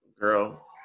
Girl